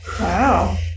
wow